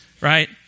right